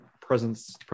presence